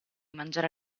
mangiare